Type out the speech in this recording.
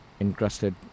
Encrusted